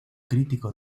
crítico